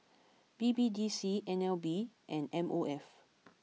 B B D C N L B and M O F